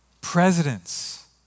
presidents